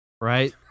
Right